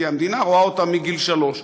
כי המדינה רואה אותם מגיל שלוש.